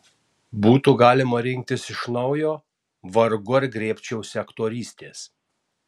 būtų galima rinktis iš naujo vargu ar griebčiausi aktorystės